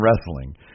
wrestling